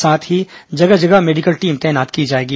साथ ही जगह जगह मेडिकल टीम तैनात की जाएगी